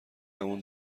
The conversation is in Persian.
همان